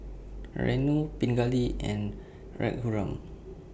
Renu Pingali and Raghuram